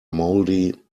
mouldy